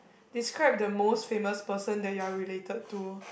describe the most famous person that you are related to